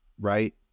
right